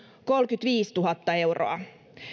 kolmekymmentäviisituhatta euroa